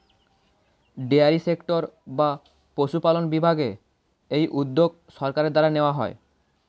dairy sector বা পশুপালন বিভাগে এই উদ্যোগ সরকারের দ্বারা নেওয়া হয়